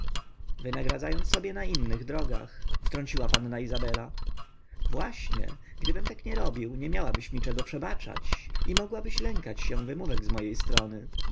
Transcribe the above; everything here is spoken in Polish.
wynagradzając sobie na innych drogach wtrąciła panna izabela właśnie gdybym tak nie robił nie miałabyś mi czego przebaczać i mogłabyś lękać się wymówek z mojej strony